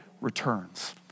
returns